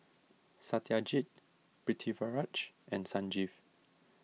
Satyajit Pritiviraj and Sanjeev